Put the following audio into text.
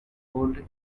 hold